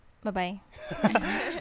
Bye-bye